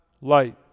light